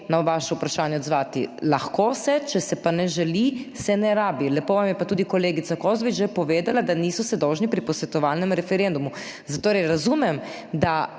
na vaše vprašanje odzvati, lahko se, če se pa ne želi, se ne rabi. Lepo vam je pa tudi kolegica Kozlovič že povedala, da niso se dolžni pri posvetovalnem referendumu. Zatorej razumem, da